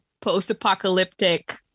post-apocalyptic